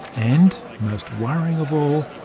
and most worrying of all,